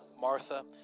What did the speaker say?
Martha